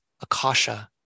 Akasha